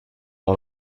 out